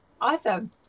Awesome